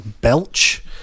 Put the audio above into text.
belch